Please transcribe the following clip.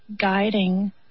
guiding